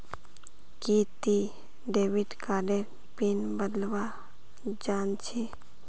कि ती डेविड कार्डेर पिन बदलवा जानछी